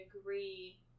agree